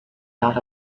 dot